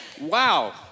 Wow